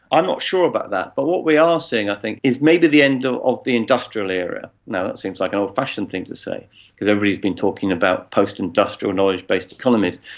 i'm not sure about that, but what we are seeing i think is maybe the end of ah the industrial era. now, that seems like an old-fashioned thing to say because everybody has been talking about post-industrial knowledge-based economies,